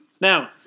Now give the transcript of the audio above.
now